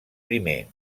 primer